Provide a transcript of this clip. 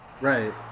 right